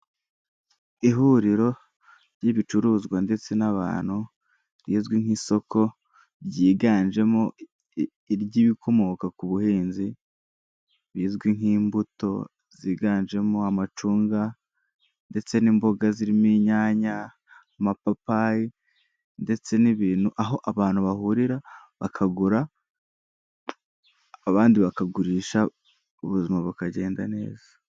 Ihuriro ry'ibicuruzwa ndetse n'abantu, rizwi nk'isoko ryiganjemo iry'ibikomoka ku buhinzi bizwi nk'imbuto ziganjemo amacunga, ndetse n'imboga zirimo inyanya, amapapayi ndetse n'ibintu, aho abantu bahurira bakagura, abandi bakagurisha, ubuzima bukagenda neza.